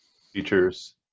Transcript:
features